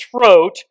throat